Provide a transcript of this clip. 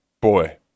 boy